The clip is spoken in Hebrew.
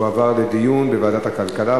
תועבר לדיון בוועדת הכלכלה.